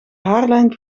haarlijn